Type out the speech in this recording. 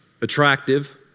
attractive